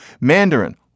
Mandarin